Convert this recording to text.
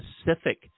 specific